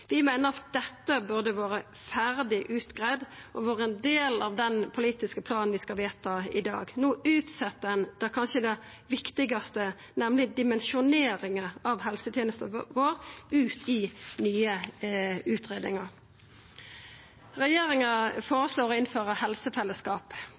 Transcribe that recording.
Vi meiner at dette burde vore ferdig greidd ut og vore ein del av den politiske planen vi skal vedta i dag. No utset ein det kanskje viktigaste, nemleg dimensjoneringa av helsetenesta vår, ut i nye